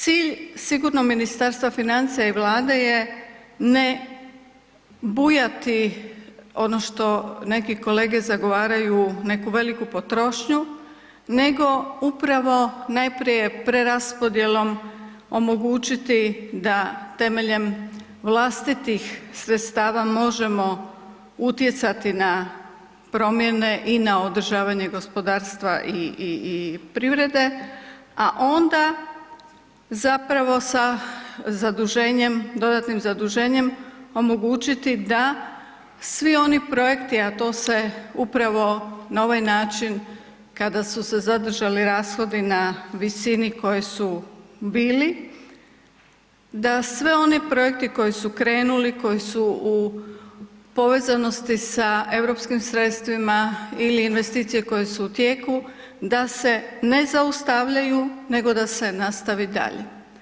Cilj sigurno Ministarstva financije i Vlade je ne bujati ono što neki kolege zagovaraju neku veliku potrošnju nego upravo najprije preraspodjelom omogućiti da temeljem vlastitih sredstava možemo utjecati na promjene i na održavanje gospodarstva i, i, i privrede, a onda zapravo sa zaduženjem, dodatnim zaduženjem, omogućiti da svi oni projekti, a to se upravo na ovaj način kada su se zadržali rashodi na visini kojoj su bili, da sve oni projekti koji su krenuli, koji su u povezanosti sa europskim sredstvima ili investicije koje su u tijeku da se ne zaustavljaju nego da se nastavi dalje.